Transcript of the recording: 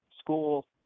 school